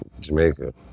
Jamaica